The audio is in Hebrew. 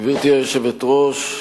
גברתי היושבת-ראש,